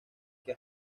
que